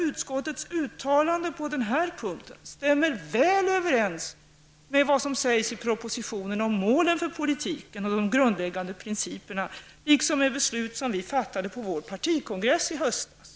Utskottets uttalande på den här punkten stämmer också väl överens med vad som sägs i propositionen om målen för politiken och de grundläggande principerna liksom med beslut vi fattade på vår partikongress i höstas.